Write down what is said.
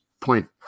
point